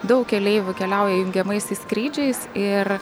daug keleivių keliauja jungiamaisiais skrydžiais ir